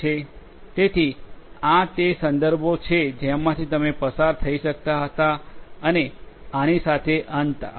તેથી આ તે સંદર્ભો છે જેમાંથી તમે પસાર થઇ શકતા હતા અને આની સાથે અંત આવે છે